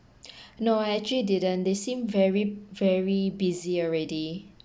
no I actually didn't they seemed very very busy already